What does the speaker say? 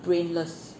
brainless